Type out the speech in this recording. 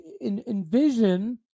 envision